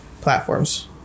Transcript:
platforms